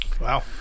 Wow